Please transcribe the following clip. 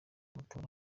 matora